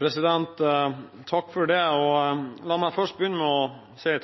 si